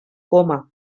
coma